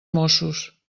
mossos